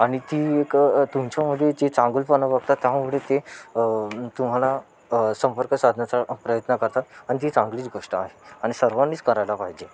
आणि ती एक तुमच्यामुळे जे चांगुलपणा बघतात त्यामुळे एवढे ते तुम्हाला संपर्क साधण्याचा प्रयत्न करतात आणि जी चांगलीच गोष्ट आहे आणि सर्वांनीच करायला पाहिजे